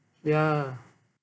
ya